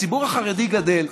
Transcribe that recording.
הציבור החרדי גדל,